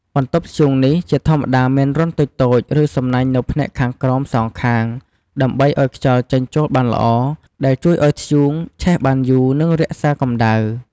បន្ទប់ធ្យូង នេះជាធម្មតាមានរន្ធតូចៗ ឬសំណាញ់នៅផ្នែកខាងក្រោមសងខាង ដើម្បីឱ្យខ្យល់ចេញចូលបានល្អ ដែលជួយឱ្យធ្យូងឆេះបានយូរ និងរក្សាកម្ដៅ។